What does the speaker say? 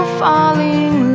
falling